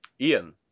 Ian